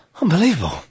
Unbelievable